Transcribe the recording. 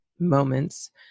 Moments